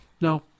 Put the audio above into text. No